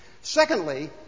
Secondly